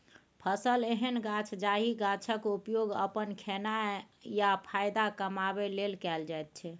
फसल एहन गाछ जाहि गाछक उपयोग अपन खेनाइ या फाएदा कमाबै लेल कएल जाइत छै